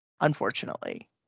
unfortunately